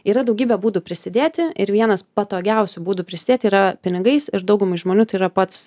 yra daugybė būdų prisidėti ir vienas patogiausių būdų prisidėt yra pinigais ir daugumai žmonių tai yra pats